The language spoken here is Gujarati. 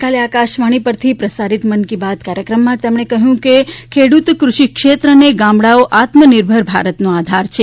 ગઈકાલે આકાશવાણી પરથી પ્રસારીત મન કી બાત કાર્યક્રમમાં તેમણે કહ્યું કે ખેડૂત ક્રષિક્ષેત્ર અને ગામડાઓ આત્મનિર્ભર ભારતનો આધાર છે